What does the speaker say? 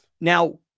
Now